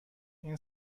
این